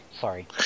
sorry